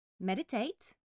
meditate